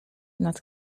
nad